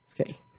Okay